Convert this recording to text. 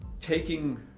taking